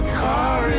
car